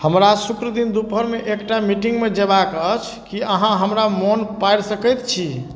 हमरा शुक्र दिन दुपहरिमे एकटा मीटिङ्गमे जेबाके अछि कि अहाँ हमरा मोन पाड़ि सकै छी